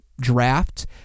draft